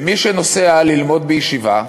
למי שנוסע ללמוד בישיבה